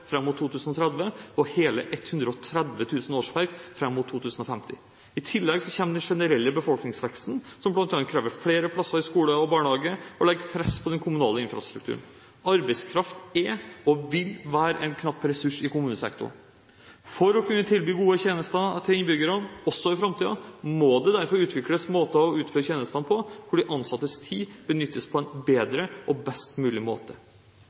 fram mot 2030, og hele 130 000 årsverk fram mot 2050. I tillegg kommer den generelle befolkningsveksten, som bl.a. krever flere plasser i skole og barnehage, og legger press på den kommunale infrastrukturen. Arbeidskraft er og vil være en knapp ressurs i kommunesektoren. For å kunne tilby gode tjenester til innbyggerne også i framtiden, må det derfor utvikles måter å utføre tjenestene på hvor de ansattes tid benyttes på en bedre og best mulig måte.